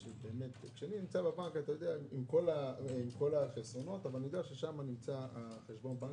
כשאני נמצא בבנק אני יודע ששם נמצא חשבון הבנק